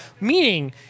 Meaning